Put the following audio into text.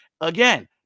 Again